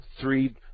three